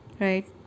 right